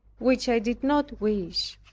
which i did not wish.